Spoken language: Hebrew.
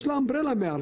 יש לה מטרייה מעל,